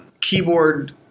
keyboard